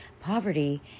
poverty